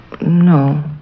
no